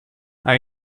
are